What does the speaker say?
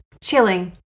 Chilling